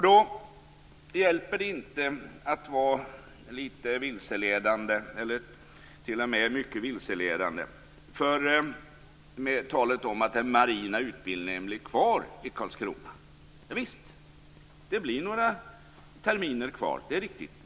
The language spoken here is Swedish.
Då hjälper det inte att vara mycket vilseledande genom att säga att den marina utbildningen blir kvar i Karlskrona. Visst, det blir några terminer till. Det är riktigt.